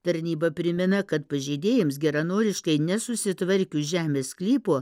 tarnyba primena kad pažeidėjams geranoriškai nesusitvarkius žemės sklypo